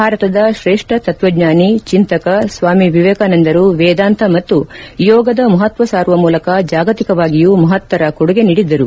ಭಾರತದ ತ್ರೇಷ್ಠ ತತ್ವಜ್ಞಾನಿ ಚಿಂತಕ ಸ್ವಾಮಿ ವಿವೇಕಾನಂದರು ವೇದಾಂತ ಮತ್ತು ಯೋಗದ ಮಹತ್ವ ಸಾರುವ ಮೂಲಕ ಜಾಗತಿಕವಾಗಿಯೂ ಮಹತ್ತರ ಕೊಡುಗೆ ನೀಡಿದ್ದರು